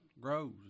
grows